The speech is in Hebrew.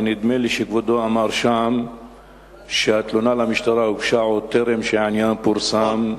ונדמה לי שכבודו אמר שם שהתלונה למשטרה הוגשה עוד בטרם פורסם העניין.